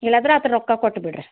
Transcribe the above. ಇಲ್ಲಾದ್ರ ಅದರ ರೊಕ್ಕ ಕೊಟ್ಬಿಡ್ರಿ